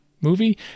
movie